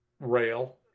Rail